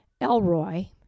Elroy